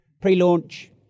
pre-launch